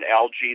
algae